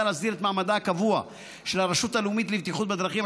להסדיר את מעמדה הקבוע של הרשות הלאומית לבטיחות בדרכים,